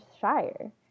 shire